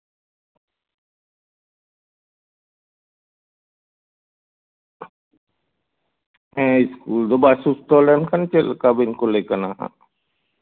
ᱦᱮᱸ ᱟᱫᱚ ᱵᱟᱭ ᱥᱩᱥᱛᱷᱚ ᱞᱮᱱᱠᱷᱟᱱ ᱪᱮᱫᱞᱮᱠᱟ ᱵᱮᱱ ᱠᱩᱞᱮ ᱠᱟᱱᱟ ᱦᱟᱸᱜ ᱦᱩᱸ